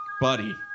buddy